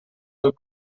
del